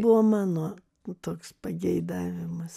buvo mano toks pageidavimas